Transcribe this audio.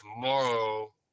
tomorrow